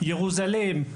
ירוזלם,